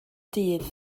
dydd